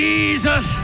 Jesus